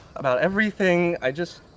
about everything. i just.